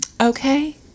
okay